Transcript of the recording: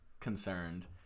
concerned